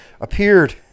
appeared